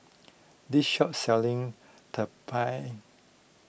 this shop selling Tumpeng